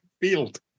field